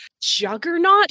juggernaut